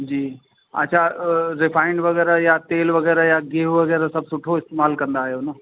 जी अच्छा रिफ़ाइड वग़ैरह या तेलु वग़ैरह या गिहु वग़ैरह सभु सुठो इस्तेमालु कंदा आहियो न